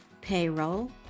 payroll